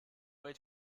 way